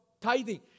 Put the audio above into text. tithing